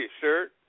sir